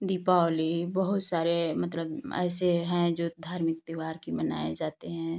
दीपावली बहुत सारे मतलब ऐसे हैं जो धार्मिक त्योहार कि मनाए जाते हैं